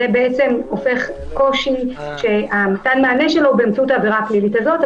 זה יוצר קושי שמתן המענה שלו באמצעות העבירה הפלילית הזאת.